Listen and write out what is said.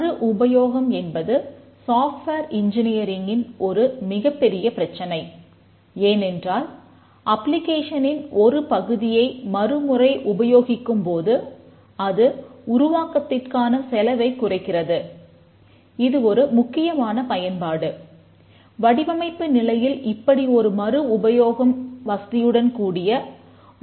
மறு உபயோகம் என்பது சாஃப்ட்வேர் இன்ஜினியரிங்கின் கூடிய அமைப்பை கொண்டிருக்கும் போதே இது சாத்தியமாகிறது